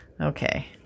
Okay